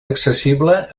accessible